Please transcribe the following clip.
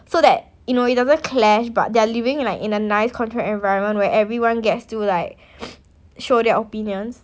so that you know it doesn't clash but they're living in like in a nice controlled environment where everyone gets to like show their opinions